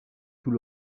tout